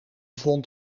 vond